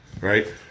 right